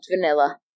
Vanilla